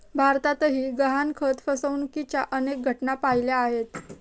भारतातही गहाणखत फसवणुकीच्या अनेक घटना पाहिल्या आहेत